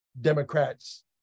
Democrats